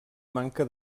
manca